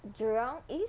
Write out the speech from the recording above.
jurong east